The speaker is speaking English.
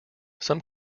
some